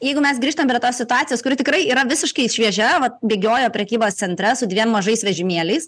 jeigu mes grįžtam prie tos situacijos kuri tikrai yra visiškai šviežia vat bėgiojo prekybos centre su dviem mažais vežimėliais